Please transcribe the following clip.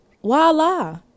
voila